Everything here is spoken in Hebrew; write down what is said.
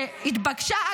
שהתבקשה,